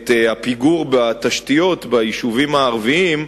את הפיגור בתשתיות ביישובים הערביים,